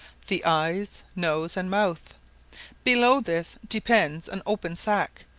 the eyes, nose, and mouth below this depends an open sack,